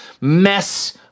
mess